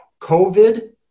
covid